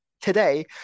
Today